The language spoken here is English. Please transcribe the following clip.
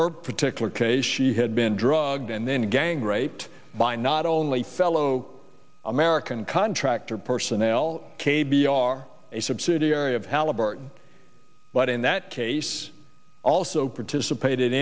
her particular case she had been drugged and then gang raped by not only fellow american contractor personnel k b r a subsidiary of halliburton but in that case also participated